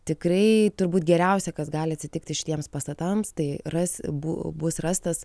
tikrai turbūt geriausia kas gali atsitikti šitiems pastatams tai ras bus rastas